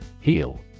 Heal